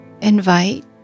invite